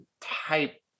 type